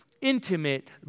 intimate